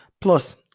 Plus